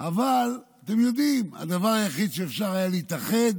אבל אתם יודעים, הדבר היחיד שאפשר היה להתאחד